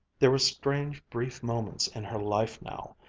there were strange, brief moments in her life now,